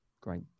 Great